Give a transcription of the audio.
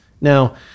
Now